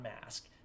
mask